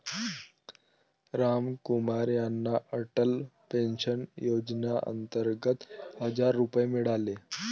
रामकुमार यांना अटल पेन्शन योजनेअंतर्गत हजार रुपये मिळाले